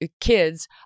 kids